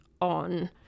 on